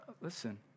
listen